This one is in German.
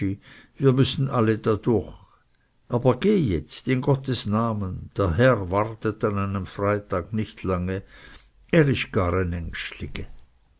wir müssen alle da durch aber geht jetzt in gottes namen der herr wartet an einem freitag nicht lange er